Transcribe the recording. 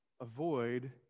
avoid